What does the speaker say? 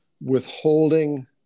withholding